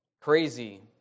crazy